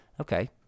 Okay